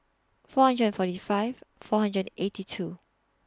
four hundred and forty five four hundred and eighty two